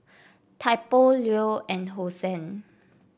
Typo Leo and Hosen